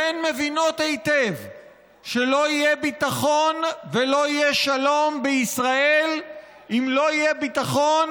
והן מבינות היטב שלא יהיה ביטחון ולא יהיה שלום בישראל אם לא יהיה ביטחון